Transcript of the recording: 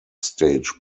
stage